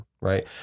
right